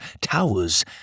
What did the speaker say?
towers